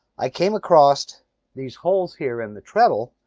i came across these holes here in the treadle.